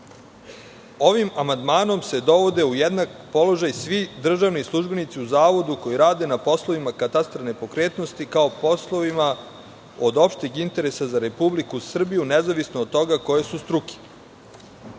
ovim amandmanom se dovode u jednak položaj svi državni službenici u zavodu koji rade na poslovima katastra nepokretnosti, kao poslovima od opšteg interesa za Republiku Srbiju, nezavisno od toga koje su struke,